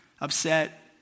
upset